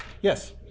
Yes